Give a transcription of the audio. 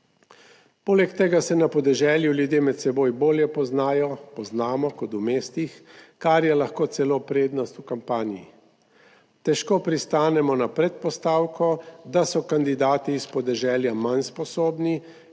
Poleg tega se na podeželju ljudje med seboj bolje poznajo poznamo kot v mestih, kar je lahko celo prednost v kampanji težko pristanemo na predpostavko, da so kandidati iz podeželja manj sposobni